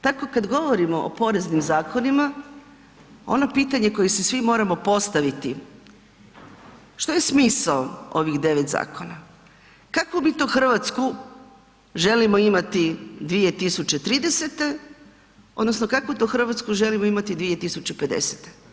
Tako kad govorimo o poreznim zakonima, ono pitanje koje si svi moramo postaviti, što je smisao ovih 9 zakona, kakvu mi to RH želimo imati 2030. odnosno kakvu to RH želimo imati 2050.